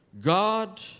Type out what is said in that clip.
God